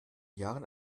jahren